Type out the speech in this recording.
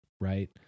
right